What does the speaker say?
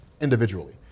individually